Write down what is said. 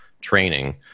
training